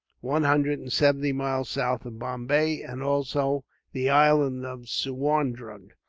one hundred and seventy miles south of bombay and also the island of suwarndrug,